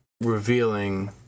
revealing